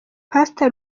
pastor